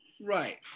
Right